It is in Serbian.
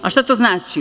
Šta to znači?